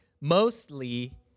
mostly